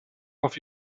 auf